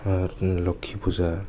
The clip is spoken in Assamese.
লক্ষ্মী পূজা